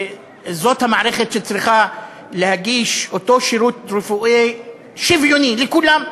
וזאת המערכת שצריכה להגיש אותו שירות רפואי שוויוני לכולם.